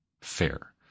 fair